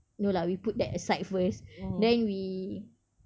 no lah we put that aside first then we